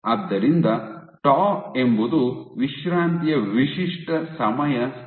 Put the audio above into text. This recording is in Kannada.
ಆದ್ದರಿಂದ ಟೌ ಎಂಬುದು ವಿಶ್ರಾಂತಿಯ ವಿಶಿಷ್ಟ ಸಮಯ ಸ್ಥಿರವಾಗಿರುತ್ತದೆ